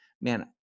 man